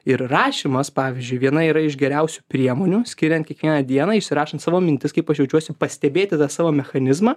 ir rašymas pavyzdžiui viena yra iš geriausių priemonių skiriant kiekvieną dieną išsirašant savo mintis kaip aš jaučiuosi pastebėti tą savo mechanizmą